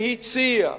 והציעה